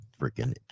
Freaking